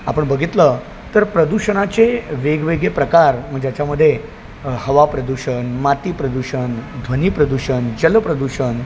आपण बघितलं तर प्रदूषणाचे वेगवेगळे प्रकार मग ज्याच्यामध्ये हवा प्रदूषण माती प्रदूषण ध्वनी प्रदूषण जल प्रदूषण